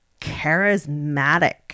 charismatic